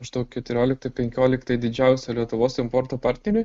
maždaug keturiolikta penkiolikta didžiausia lietuvos importo partnerė